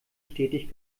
stetig